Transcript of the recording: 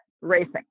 racing